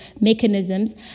mechanisms